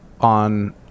on